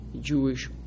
Jewish